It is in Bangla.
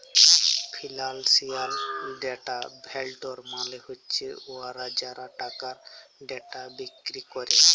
ফিল্যাল্সিয়াল ডেটা ভেল্ডর মালে হছে উয়ারা যারা টাকার ডেটা বিক্কিরি ক্যরে